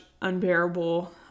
unbearable